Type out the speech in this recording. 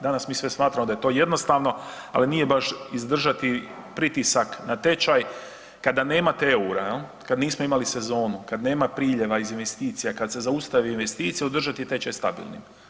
Danas mi sve smatramo da je to jednostavno, ali nije baš izdržati pritisak na tečaj kada nemate EUR-a, kad nismo imali sezonu, kad nema priljeva i investicija, kad se zaustave investicije održati tečaj stabilnim.